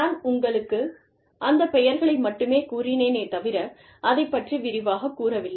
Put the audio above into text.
நான் உங்களுக்கு அந்த பெயர்களை மட்டுமே கூறினேனே தவிர அதைப் பற்றிவிரிவாகக்கூறவில்லை